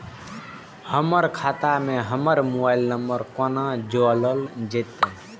हमर खाता मे हमर मोबाइल नम्बर कोना जोरल जेतै?